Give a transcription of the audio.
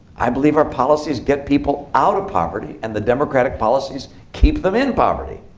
i believe our policies get people out of poverty, and the democratic policies keep them in poverty.